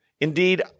Indeed